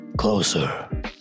closer